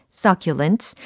succulents